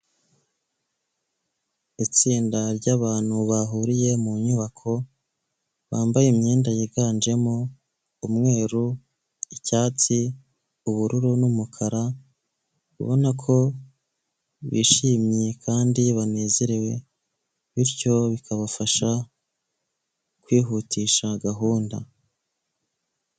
Itsinda ry'abantu bahuriye mu nyubako, bambaye imyenda yiganjemo umweru, icyatsi, ubururu, n'umukara, ubona ko bishimye kandi banezerewe, bityo bikabafasha kwihutisha gahunda.